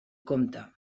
comte